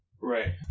Right